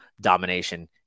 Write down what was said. domination